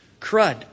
crud